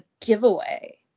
giveaway